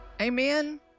Amen